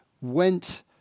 went